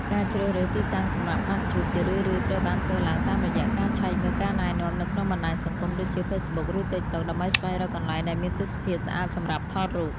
ការជ្រើសរើសទីតាំងសម្រាប់ណាត់ជួប ជារឿយៗត្រូវបានធ្វើឡើងតាមរយៈការឆែកមើលការណែនាំនៅក្នុងបណ្ដាញសង្គមដូចជា Facebook ឬ TikTok ដើម្បីស្វែងរកកន្លែងដែលមានទេសភាពស្អាតសម្រាប់ថតរូប។